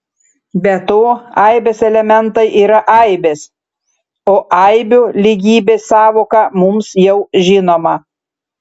be to aibės elementai yra aibės o aibių lygybės sąvoka mums jau žinoma